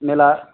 मेला